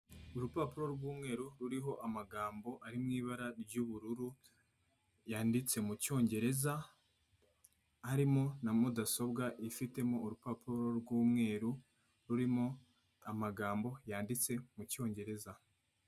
Urupapuro rw'umweru ruriho amagambo ari mu ibara ry'ubururu yanditse mu cyongereza, harimo na mudasobwa yifitemo urupapuro rw'umweru rurimo amagambo yanditse mu cyongereza.